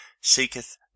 seeketh